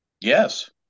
Yes